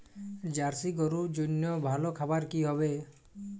Jersey গরুর জন্য ভালো খাবার কি হবে?